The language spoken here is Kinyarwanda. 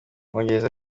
umwongereza